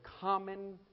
common